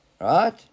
Right